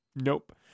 Nope